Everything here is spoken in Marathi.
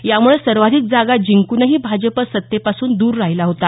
यामुळे सर्वाधिक जागा जिंकूनही भाजप सत्तेपासून द्र राहिला होता